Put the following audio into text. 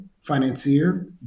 financier